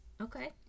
Okay